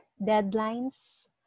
deadlines